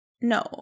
No